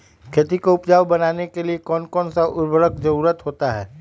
खेती को उपजाऊ बनाने के लिए कौन कौन सा उर्वरक जरुरत होता हैं?